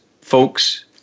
folks